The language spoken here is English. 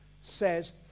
says